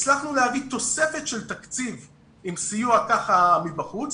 הצלחנו להביא תוספת של תקציב עם סיוע מבחוץ,